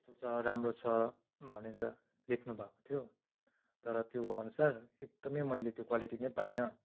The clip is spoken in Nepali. यस्तो छ राम्रो छ भनेर बेच्नु भएको थियो तर त्यो अनुसार एकदमै मैले त्यो क्वालिटी नै पाइन